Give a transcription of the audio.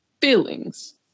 feelings